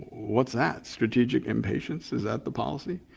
what's that, strategic impatience? is that the policy?